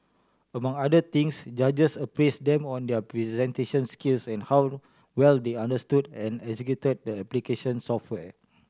among other things judges appraised them on their presentation skills and how well they understood and executed the application software